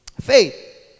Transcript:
faith